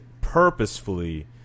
purposefully